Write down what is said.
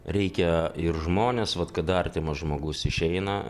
reikia ir žmones vat kada artimas žmogus išeina